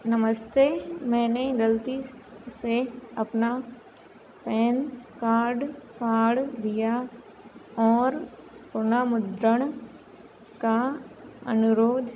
नमस्ते मैंने गलती से अपना पैन कार्ड फाड़ दिया और पुनः मुद्रण का अनुरोध